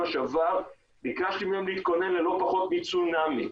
שעבר ביקשתי מהם להתכונן ללא פחות מצונאמי,